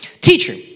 Teacher